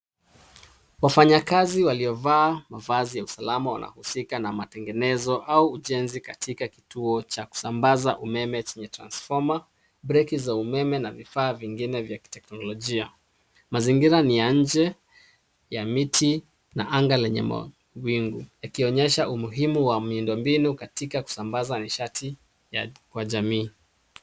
Wafanyakazi waliovaa mavazi ya usalama wanahusika na matengenezo au ujenzi katika kituo cha kusambaza umeme chenye transformer , breki za umeme na vifaa vingine vya kiteknolojia. Mazingira ni ya nje ya miti na anga lenye mawingu yakionyesha umuhimu wa miundo mbinu katika kusambaza nishati kwa jamii.